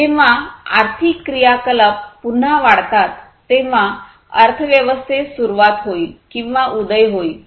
जेव्हा आर्थिक क्रियाकलाप पुन्हा वाढतात तेव्हा अर्थव्यवस्थेस सुरुवात होईल किंवा उदय होईल